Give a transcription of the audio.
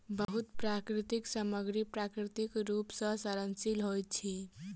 बहुत प्राकृतिक सामग्री प्राकृतिक रूप सॅ सड़नशील होइत अछि